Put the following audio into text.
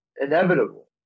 inevitable